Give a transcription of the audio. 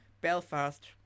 Belfast